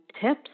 tips